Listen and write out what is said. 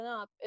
up